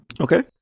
okay